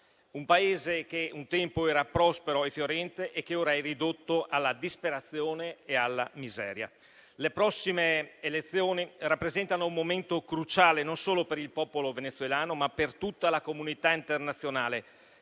un Paese amico, che un tempo era prospero e fiorente e che ora è ridotto alla disperazione e alla miseria. Le prossime elezioni rappresentano un momento cruciale non solo per il popolo venezuelano, ma per tutta la comunità internazionale